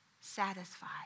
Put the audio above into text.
satisfied